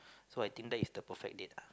so I think that is the perfect date ah